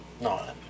no